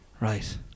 Right